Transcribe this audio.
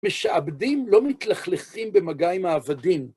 משעבדים לא מתלכלכים במגע עם העבדים.